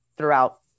throughout